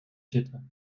zitten